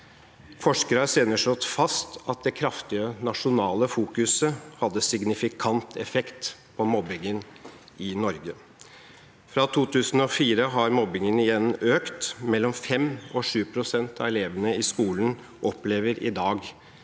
Forskere har senere slått fast at det kraftige nasjonale fokuset hadde signifikant effekt på mobbingen i Norge. Fra 2004 har mobbingen igjen økt. 5–7 pst. av elevene i skolen opplever i dag